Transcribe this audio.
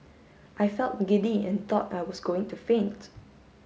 I felt giddy and thought I was going to faint